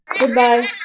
Goodbye